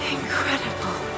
Incredible